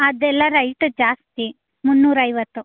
ಅದೆಲ್ಲ ರೈಟ್ ಜಾಸ್ತಿ ಮುನ್ನೂರ ಐವತ್ತು